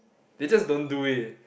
they just don't do it